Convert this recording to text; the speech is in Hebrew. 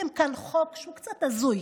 הבאתם כאן חוק שהוא קצת הזוי.